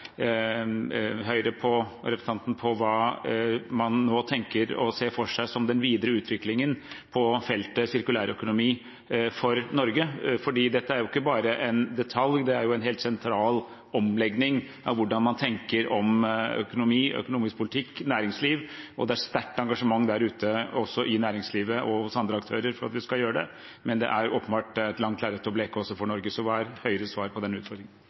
Høyre og representanten på hva man nå tenker og ser for seg som den videre utviklingen på feltet sirkulærøkonomi for Norge, for dette er jo ikke bare en detalj, det er en helt sentral omlegging av hvordan man tenker om økonomi, økonomisk politikk og næringsliv. Det er et sterkt engasjement der ute, også i næringslivet og hos andre aktører, for at vi skal gjøre det, men det er åpenbart et langt lerret å bleke også for Norge, så hva er Høyres svar på den utfordringen?